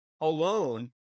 alone